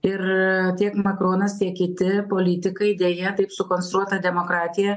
ir tiek makronas tiek kiti politikai deja taip sukonstruota demokratija